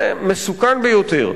זה מסוכן ביותר.